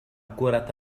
كرة